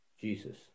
Jesus